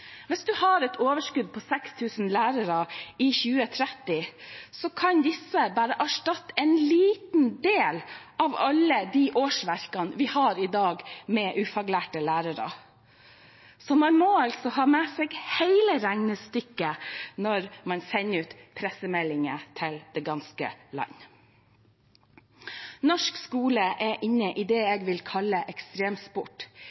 Hvis man har et overskudd på 6 000 lærere i 2030, kan disse bare erstatte en liten del av alle årsverkene med ufaglærte lærere vi har i dag. Så man må altså ha med seg hele regnestykket når man sender ut pressemeldinger til det ganske land. Norsk skole er inne i det